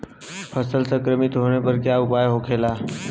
फसल संक्रमित होने पर क्या उपाय होखेला?